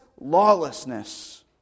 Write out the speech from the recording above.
lawlessness